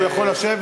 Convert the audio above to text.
הוא יכול לשבת,